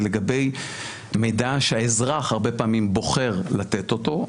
לגבי מידע שהאזרח הרבה פעמים בוחר לתת אותו,